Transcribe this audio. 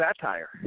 satire